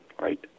right